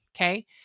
okay